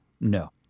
No